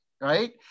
right